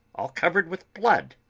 all covered with blood.